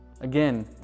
again